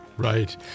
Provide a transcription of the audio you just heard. Right